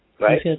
right